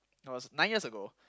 no it was nine years ago